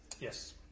Yes